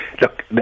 Look